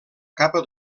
capa